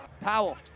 Powell